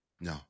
No